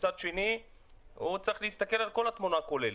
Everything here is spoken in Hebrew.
ומצד שני הוא צריך להסתכל על התמונה הכוללת.